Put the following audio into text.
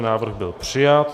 Návrh byl přijat.